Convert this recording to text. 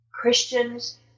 Christians